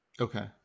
Okay